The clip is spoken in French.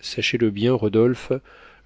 sachez-le bien rodolphe